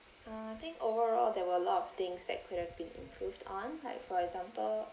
uh I think overall there were a lot of things that could have been improved on like for example